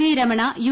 V Ramana U